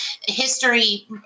history